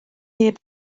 neb